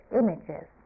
images